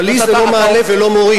אבל לי זה לא מעלה ולא מוריד.